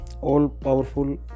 all-powerful